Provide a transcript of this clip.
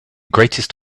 greatest